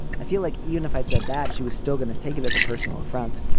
i feel like unified said that she was still going to take it as a personal affront.